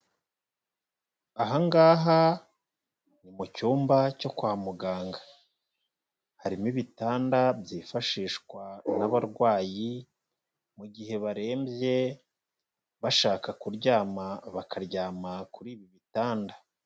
Aha ngaha ni mu cyumba cyo kwa muganga, harimo ibitanda byifashishwa n'abarwayi mu gihe barembye bashaka kuryama, bakaryama kuri ibi bitanda.